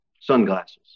sunglasses